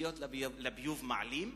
תשתיות לביוב מעלים,